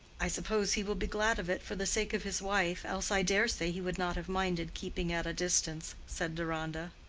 i suppose he will be glad of it for the sake of his wife, else i dare say he would not have minded keeping at a distance, said deronda.